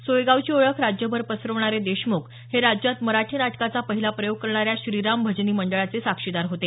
सोयगावची ओळख राज्यभर पसरवणारे देशमुख हे राज्यात मराठी नाटकाचा पहिला प्रयोग करणाऱ्या श्रीराम भजनी मंडळाचे साक्षीदार होते